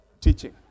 teaching